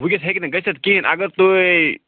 ؤنکٮ۪س ہیٚکہِ نہٕ گٔژھِتھ کِہیٖنٛۍ اگر تُہۍ